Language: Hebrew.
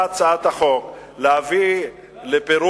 יתמכו בהצעת החוק, להביא לפירוק